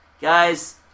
Guys